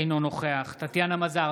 אינו נוכח טטיאנה מזרסקי,